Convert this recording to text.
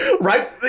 right